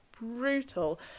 brutal